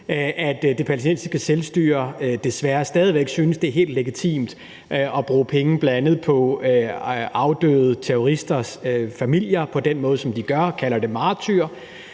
at det palæstinensiske selvstyre desværre stadig væk synes, det er helt legitimt at bruge penge, bl.a. på afdøde terroristers familier, på den måde, som de gør, og kalde dem martyrer.